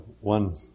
One